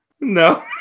No